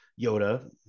Yoda